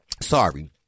Sorry